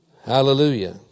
Hallelujah